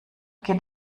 geht